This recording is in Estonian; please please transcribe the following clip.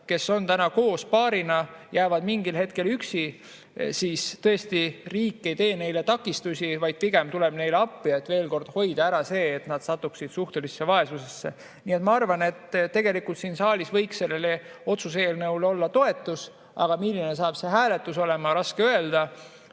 kes on täna koos paarina, jäävad mingil hetkel üksi, siis riik ei tee neile takistusi, vaid pigem tuleb neile appi, et hoida ära see, et nad satuksid suhtelisse vaesusesse. Nii et ma arvan, et tegelikult siin saalis võiks sellele otsuse eelnõule olla toetus, aga milline saab see hääletus olema – raske öelda.